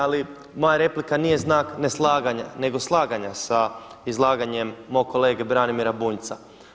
Ali moja replika nije znak ne slaganja, nego slaganja sa izlaganjem mog kolege Branimira Bunjca.